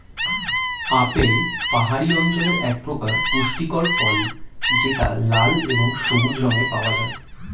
apple পাহাড়ি অঞ্চলের একপ্রকার পুষ্টিকর ফল যেটা লাল এবং সবুজ রঙে পাওয়া যায়